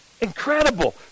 Incredible